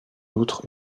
outre